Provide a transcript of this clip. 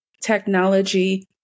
technology